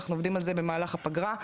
אנחנו עובדים על זה במהלך הפגרה,